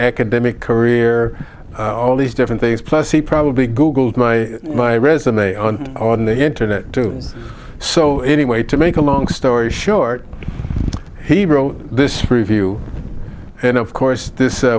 academic career all these different things plus he probably googled my resume on on the internet so anyway to make a long story short he wrote this review and of course this